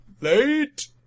Late